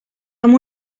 amb